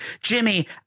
Jimmy